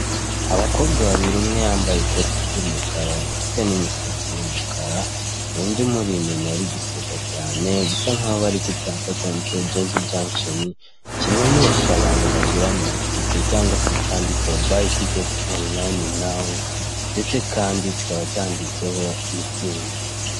Abakobwa babiri umwe yambaye ikote ry'umukara ufite n'imisatsi y'umukara undi umuri inyuma uri guseka cyane bisa nkaho ari ku cyapa cyandiyseho jazi jankisheni kimenyesha abantu bagura amatike cyangwa se cyanditseho bayi tiketi onulayini nawu ndetse kandi kikaba cyanditseho mitsingi.